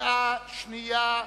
קריאה שנייה,